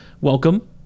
welcome